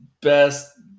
best